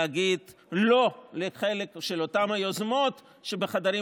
להגיד לא לחלק של אותן היוזמות שבחדרים